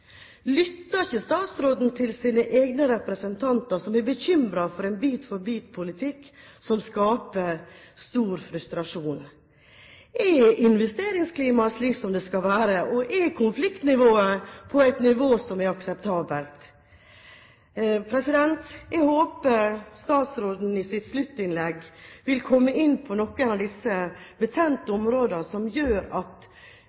Lytter ikke statsråden til sine egne representanter, som er bekymret for en bit-for-bit-politikk som skaper stor frustrasjon? Er investeringsklimaet slik det skal være, og er konfliktnivået akseptabelt? Jeg håper statsråden i sitt sluttinnlegg vil komme inn på noen av disse betente områdene, som gjør at